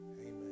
Amen